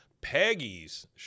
Peggy's